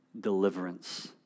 deliverance